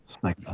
Snake